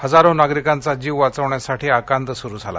हजारो नागरिकांचा जीव वाचवण्यासाठी आकांत सुरू झाला